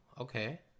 okay